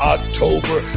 October